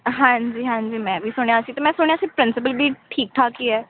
ਹਾਂਜੀ ਹਾਂਜੀ ਮੈਂ ਵੀ ਸੁਣਿਆ ਸੀ ਅਤੇ ਮੈਂ ਸੁਣਿਆ ਸੀ ਪ੍ਰਿੰਸੀਪਲ ਵੀ ਠੀਕ ਠਾਕ ਹੀ ਹੈ